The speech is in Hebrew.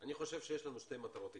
אני חושב שיש לנו שתי מטרות עיקריות: